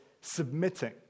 submitting